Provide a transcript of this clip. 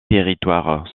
territoires